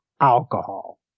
alcohol